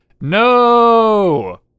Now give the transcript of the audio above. No